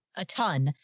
a ton.